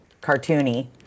cartoony